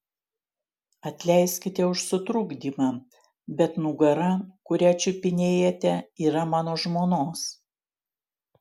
atleiskite už sutrukdymą bet nugara kurią čiupinėjate yra mano žmonos